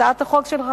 הצעת החוק שלך,